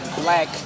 black